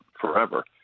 forever